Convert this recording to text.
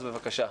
אז בבקשה.